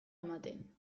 ematen